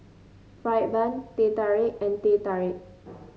fried bun Teh Tarik and Teh Tarik